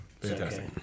Fantastic